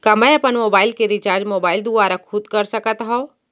का मैं अपन मोबाइल के रिचार्ज मोबाइल दुवारा खुद कर सकत हव?